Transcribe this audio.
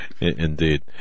Indeed